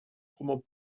romans